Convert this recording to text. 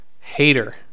Hater